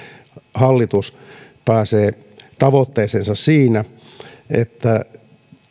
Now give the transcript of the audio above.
hallitus pääsee tavoitteeseensa siinä että